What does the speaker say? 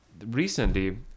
Recently